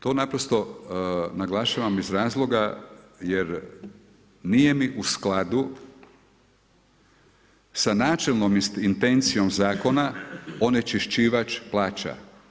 To naprosto naglašavam iz razloga jer nije ni u skladu sa načelnom intencijom zakona onečišćivač plaća.